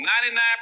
99%